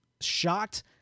shocked